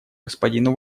господину